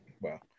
Wow